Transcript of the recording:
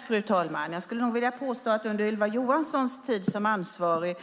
Fru talman! Jag skulle vilja påstå att under Ylva Johanssons tid som ansvarig